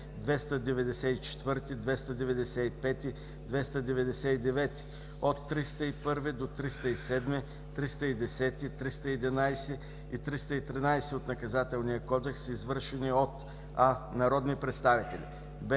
294, 295, 299, 301-307, 310, 311 и 313 от Наказателния кодекс, извършени от: а) народни представители;